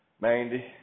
Mandy